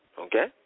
Okay